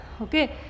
okay